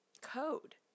code